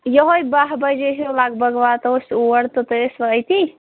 یِہَے باہ بَجے ہِیٛوٗ لگ بگ واتو أسۍ اور تہٕ تُہۍ ٲسۍوا أتی